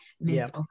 Miss